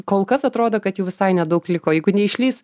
kol kas atrodo kad jau visai nedaug liko jeigu neišlįs